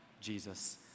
Jesus